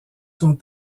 sont